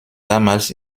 damals